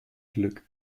glück